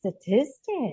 statistic